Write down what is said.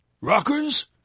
Rockers